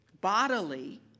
bodily